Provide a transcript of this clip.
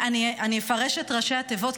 אני אפרש את ראשי התיבות,